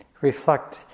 reflect